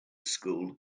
school